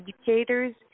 educators